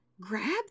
Grab